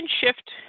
shift